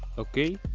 ok,